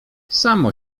samo